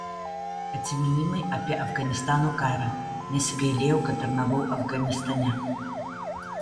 atsiminimai apie afganistano karą nesigailėjau kad tarnavau afganistane